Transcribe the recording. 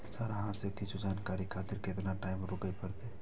Sir अहाँ से कुछ जानकारी खातिर केतना टाईम रुके परतें?